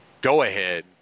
go-ahead